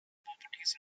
properties